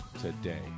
today